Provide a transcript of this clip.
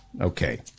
Okay